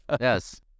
Yes